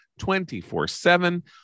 24-7